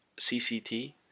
CCT